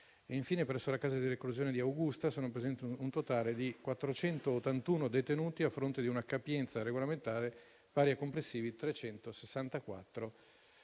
Infine, presso la casa di reclusione di Augusta, sono presenti un totale di 481 detenuti a fronte di una capienza regolamentare pari a complessivi 364 posti,